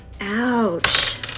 Ouch